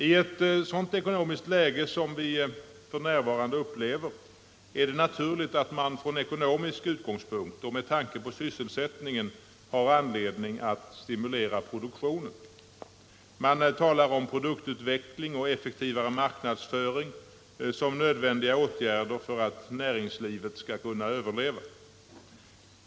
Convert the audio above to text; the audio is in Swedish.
I ett ekonomiskt läge som det vi f. n. upplever är det naturligt att man från ekonomisk utgångspunkt och med tanke på sysselsättningen har anledning att stimulera produktionen. Man talar om produktutveckling och effektivare marknadsföring såsom nödvändiga åtgärder för att näringslivet skall kunna överleva.